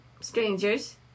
strangers